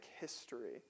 history